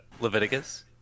leviticus